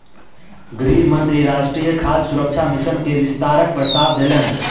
गृह मंत्री राष्ट्रीय खाद्य सुरक्षा मिशन के विस्तारक प्रस्ताव देलैन